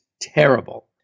terrible